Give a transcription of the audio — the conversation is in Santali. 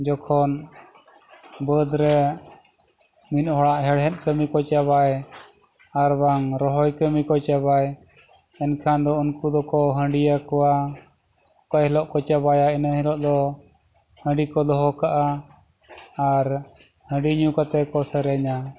ᱡᱚᱠᱷᱚᱱ ᱵᱟᱹᱫᱽᱨᱮ ᱢᱤᱫ ᱦᱚᱲᱟᱜ ᱦᱮᱲᱦᱮᱫ ᱠᱟᱹᱢᱤ ᱠᱚ ᱪᱟᱵᱟᱭ ᱟᱨ ᱵᱟᱝ ᱨᱚᱦᱚᱭ ᱠᱟᱹᱢᱤ ᱠᱚ ᱪᱟᱵᱟᱭ ᱮᱱᱠᱷᱟᱱ ᱫᱚ ᱩᱱᱠᱩ ᱫᱚᱠᱚ ᱦᱟᱺᱰᱤᱭᱟ ᱠᱚᱣᱟ ᱚᱠᱟ ᱦᱤᱞᱳᱜ ᱠᱚ ᱪᱟᱵᱟᱭᱟ ᱤᱱᱟᱹ ᱦᱤᱞᱳᱜ ᱫᱚ ᱦᱟᱺᱰᱤ ᱠᱚ ᱫᱚᱦᱚ ᱠᱟᱜᱼᱟ ᱟᱨ ᱦᱟᱺᱰᱤ ᱧᱩ ᱠᱟᱛᱮᱫ ᱠᱚ ᱥᱮᱨᱮᱧᱟ